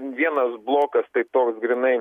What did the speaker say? vienas blokas tai toks grynai